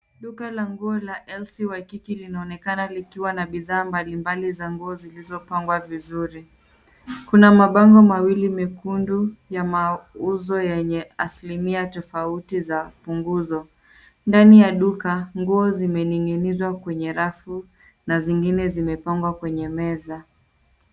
Duka la nguo la lc waikiki linaonekana likiwa na bidhaa mbalimbali za nguo zilizopangwa vizuri. Kuna mabango mawili mekundu ya mauzo yenye asilimia tofauti za punguzo. Ndani ya duka, nguo zimening'inizwa kwenye rafu na zingine zimepangwa kwenye meza.